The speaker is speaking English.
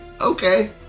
okay